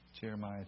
Jeremiah